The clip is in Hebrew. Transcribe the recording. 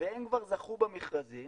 והם כבר זכו במכרזים